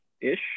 ish